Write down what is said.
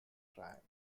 trial